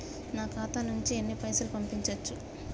నా ఖాతా నుంచి ఎన్ని పైసలు పంపించచ్చు?